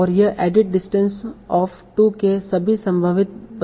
और यह edit distance of २ के सभी संभावित बदलावों को कवर करेगा